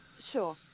Sure